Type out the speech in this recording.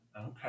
Okay